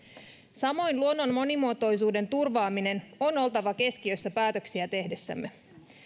samoin luonnon monimuotoisuuden turvaamisen on oltava keskiössä päätöksiä tehdessämme